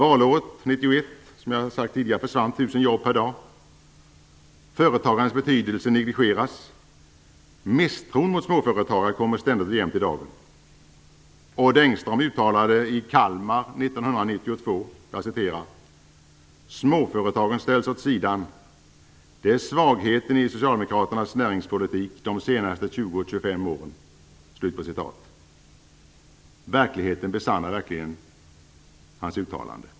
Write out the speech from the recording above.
Valåret 1991 försvann som sagt tusen jobb per dag. Företagandets betydelse negligeras. Misstron mot småföretagare kommer ständigt och jämt i dagen. Odd Engström uttalade i Kalmar 1992 att småföretagen ställs åt sidan och att det är svagheten i Socialdemokraternas näringspolitik de senaste 20-25 åren. Verkligheten besannar verkligen hans uttalande.